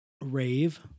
Rave